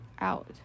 out